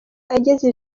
ageze